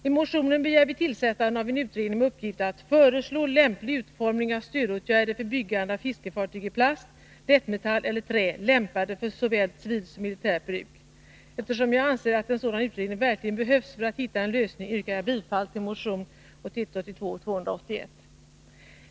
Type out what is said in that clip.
I motionen begär vi tillsättande av en utredning med uppgift att föreslå lämplig utformning av stödåtgärder för byggande av fiskefartyg i plast, lättmetall eller trä, lämpade för såväl civilt som militärt bruk. Eftersom jag anser att en sådan utredning verkligen behövs för att man skall hitta en lösning, yrkar jag bifall till motionen 1981/82:281.